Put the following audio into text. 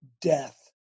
death